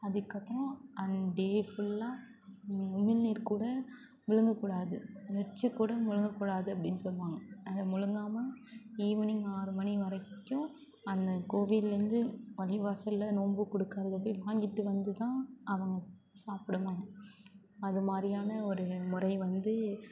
அதுக்கு அப்புறம் அந்த டே ஃபுல்லாக உமிழ்நீர் கூட முழுங்கக் கூடாது எச்சில் கூட முழுங்கக் கூடாது அப்படின்னு சொல்வாங்க அதை முழுங்காம ஈவினிங் ஆறு மணி வரைக்கும் அந்த கோவிலேருந்து பள்ளி வாசலில் நோம்பு கொடுக்குறத போய் வாங்கிட்டு வந்து தான் அவங்க சாப்பிடுவாங்க அது மாதிரியான ஒரு முறை வந்து